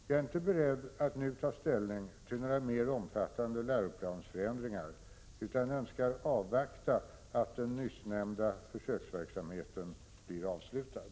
Jag är inte beredd att nu ta ställning till några mer omfattande läroplansförändringar, utan önskar avvakta att den nyssnämnda försöksverksamheten blir avslutad.